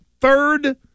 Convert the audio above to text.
third